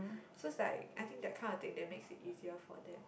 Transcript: just like I think that kinda thing that makes it easier for them